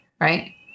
right